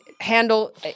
handle